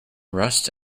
rust